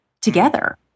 together